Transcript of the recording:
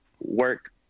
work